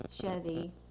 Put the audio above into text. Chevy